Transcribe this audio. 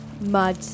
mud